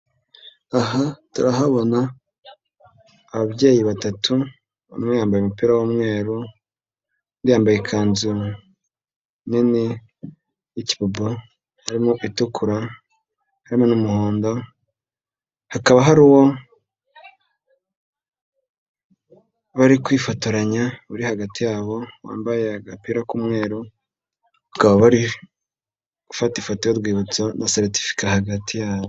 Aha turahabona ababyeyi batatu, umwe bambaye umupira w'umweru undi yambaye ikanzu nini y'ikibobo harimo itukura n'umuhondo, hakaba hari uwo bari kwifotoya uri hagati yabo wambaye agapira k'umweru, bakaba bari gufata ifoto y'urwibutso na seritifika hagati yabo.